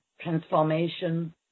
transformation